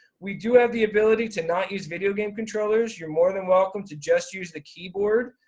we do have the ability to not use video game controllers. you're more than welcome to just use the keyboard.